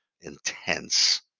intense